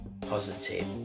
positive